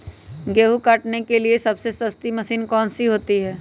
गेंहू काटने के लिए सबसे सस्ती मशीन कौन सी होती है?